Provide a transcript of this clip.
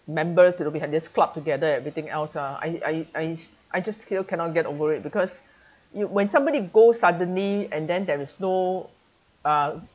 members we had this club together everything else ah I I I I just still cannot get over it because you when somebody goes suddenly and then there is no uh